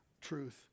truth